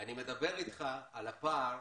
אני מדבר אתך על הפער